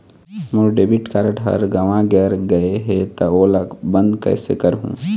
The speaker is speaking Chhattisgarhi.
मोर डेबिट कारड हर गंवा गैर गए हे त ओला बंद कइसे करहूं?